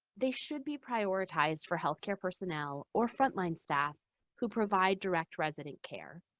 they should be prioritized for healthcare personnel or frontline staff who provide direct resident care.